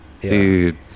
dude